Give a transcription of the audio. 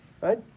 Right